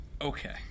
Okay